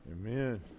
Amen